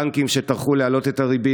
בנקים שטרחו להעלות את הריבית,